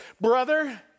brother